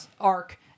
arc